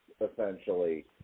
essentially